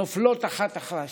נופלות אחת אחרי השנייה.